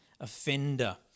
offender